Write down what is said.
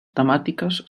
temàtiques